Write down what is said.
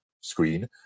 screen